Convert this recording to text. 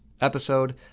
episode